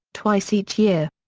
twice each year.